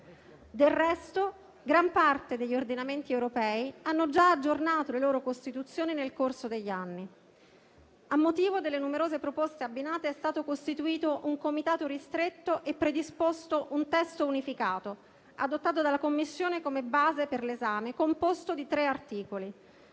Del resto, gran parte degli ordinamenti europei ha già aggiornato le Costituzioni nel corso degli anni. A motivo delle numerose proposte abbinate, è stato costituito un Comitato ristretto ed è stato predisposto un testo unificato, adottato dalla Commissione come base per l'esame, composto di tre articoli.